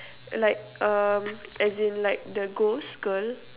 like um as in like the ghost girl